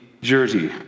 jersey